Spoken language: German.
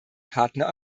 partner